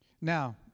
Now